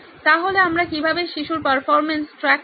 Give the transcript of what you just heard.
তাহলে আমরা কিভাবে শিশুর পারফরম্যান্স ট্র্যাক করব